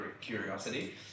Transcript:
curiosity